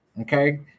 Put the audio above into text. okay